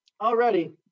already